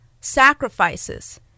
sacrifices